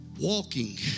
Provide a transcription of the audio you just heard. Walking